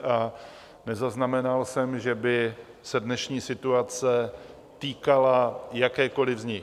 A nezaznamenal jsem, že by se dnešní situace týkala jakékoli z nich.